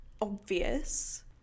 obvious